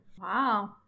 Wow